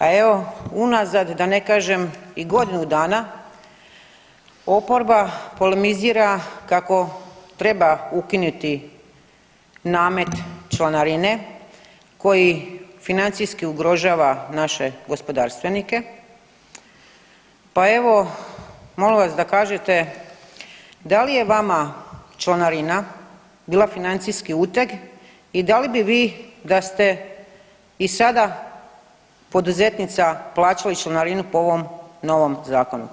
A evo unazad da ne kažem i godinu dana oporba polemizira kako treba ukinuti namet članarine koji financijski ugrožava naše gospodarstvenike, pa evo molim vas da kažete da li je vama članarina bila financijski uteg i da li bi vi da ste i sada poduzetnica plaćali članarinu po ovom novom zakonu?